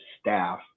staff